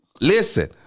Listen